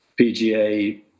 PGA